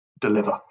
deliver